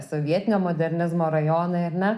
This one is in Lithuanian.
sovietinio modernizmo rajonai ar ne